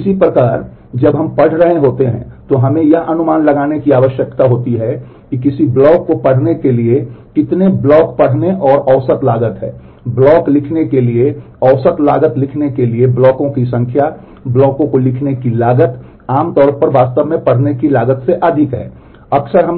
इसी प्रकार जब हम पढ़ रहे होते हैं तो हमें यह अनुमान लगाने की आवश्यकता होती है कि किसी ब्लॉक को पढ़ने के लिए कितने ब्लॉक पढ़ने और औसत लागत है ब्लॉक लिखने के लिए औसत लागत लिखने के लिए ब्लॉकों की संख्या ब्लॉक को लिखने की लागत आमतौर पर वास्तव में पढ़ने की लागत से अधिक है अक्सर